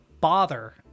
bother